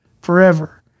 forever